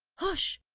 hush!